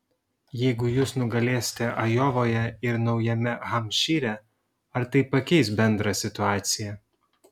jeigu jūs nugalėsite ajovoje ir naujame hampšyre ar tai pakeis bendrą situaciją